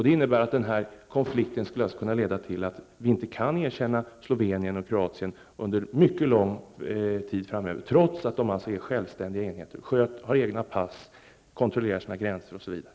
Det innebär att denna konflikt skulle kunna leda till att vi inte kan erkänna Slovenien och Kroatien under mycket lång tid framöver, trots att de alltså är självständiga enheter, har egna pass, kontrollerar sina gränser, osv.